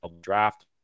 draft